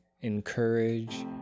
encourage